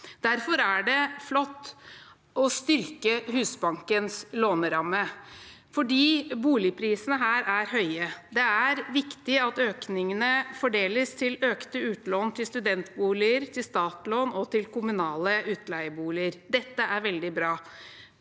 Derfor er det flott å styrke Husbankens låneramme, for boligprisene her er høye. Det er viktig at økningene fordeles til økte utlån til studentboliger, til startlån og til kommunale utleieboliger. Dette er veldig bra.